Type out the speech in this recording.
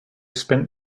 spent